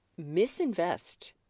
misinvest